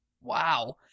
wow